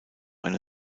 eine